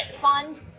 fund